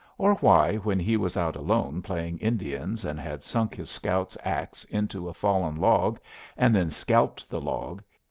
or why, when he was out alone playing indians and had sunk his scout's axe into a fallen log and then scalped the log,